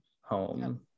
home